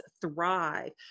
thrive